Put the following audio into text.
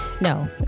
No